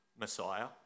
Messiah